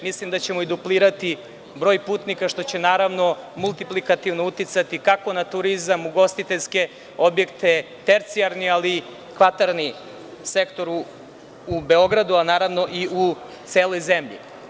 Mislim da ćemo i duplirati broj putnika, što će, naravno, multiplikativno uticati kako na turizam, ugostiteljske objekte, tercijalni, ali i kvartalni sektor u Beogradu, a naravno i u celoj zemlji.